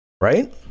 Right